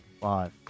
Five